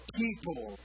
people